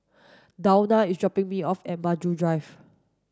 Dawna is dropping me off at Maju Drive